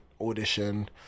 Audition